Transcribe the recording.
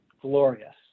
glorious